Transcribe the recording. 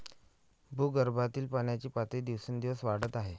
भूगर्भातील पाण्याची पातळी दिवसेंदिवस वाढत आहे